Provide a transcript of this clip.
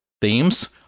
themes